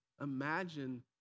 imagine